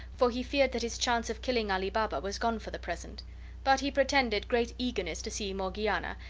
for he feared that his chance of killing ali baba was gone for the present but he pretended great eagerness to see morgiana,